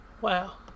Wow